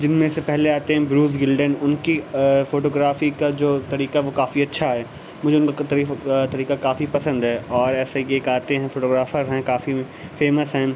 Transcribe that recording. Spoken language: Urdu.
جن میں سے پہلے آتے ہیں بروف ولڈن ان کی فوٹو گرافی کا جو طریقہ وہ کافی اچھا ہے مجھے ان کا طریقہ کافی پسند ہے اور ایسے ایک آتے فوٹو گرافر ہیں کافی فیمس ہیں